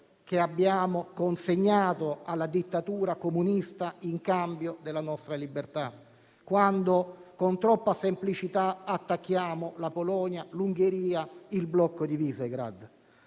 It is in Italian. da noi consegnati alla dittatura comunista in cambio della nostra libertà, quando, con troppa semplicità, attacchiamo la Polonia, l'Ungheria e il blocco di Visegrad.